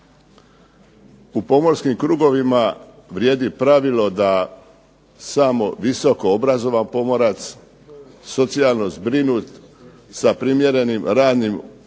U pomorskim krugovima vrijedi pravilo da samo visoko obrazovan pomorac, socijalno zbrinut sa primjerenim radnim i